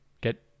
get